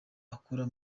akora